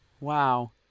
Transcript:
Wow